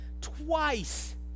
twice